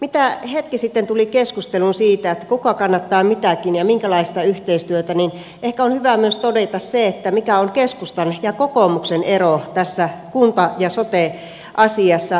mitä hetki sitten tuli keskusteluun siitä kuka kannattaa mitäkin ja minkälaista yhteistyötä niin ehkä on hyvä todeta myös se mikä on keskustan ja kokoomuksen ero tässä kunta ja sote asiassa